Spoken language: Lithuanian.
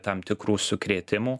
tam tikrų sukrėtimų